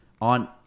on